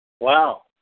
Wow